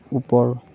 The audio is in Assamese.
ওপৰ